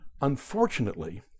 Unfortunately